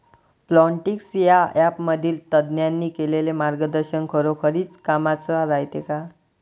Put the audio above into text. Plantix या ॲपमधील तज्ज्ञांनी केलेली मार्गदर्शन खरोखरीच कामाचं रायते का?